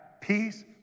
peace